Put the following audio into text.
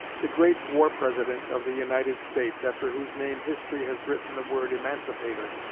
the great war president of the united states, after whose name history has written the word emancipator,